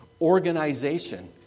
organization